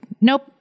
nope